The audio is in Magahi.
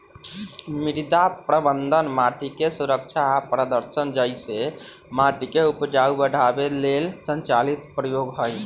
मृदा प्रबन्धन माटिके सुरक्षा आ प्रदर्शन जइसे माटिके उपजाऊ बढ़ाबे लेल संचालित प्रयोग हई